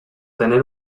tener